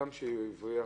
אדם שהבריח